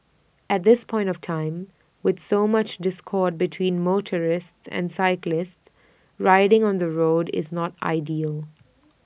at this point of time with so much discord between motorists and cyclists riding on the road is not ideal